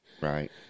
right